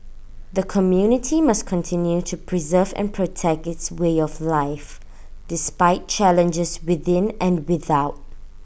the community must continue to preserve and protect its way of life despite challenges within and without